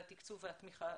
התקצוב והתמיכה